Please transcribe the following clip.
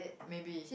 maybe